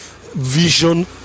vision